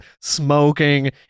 smoking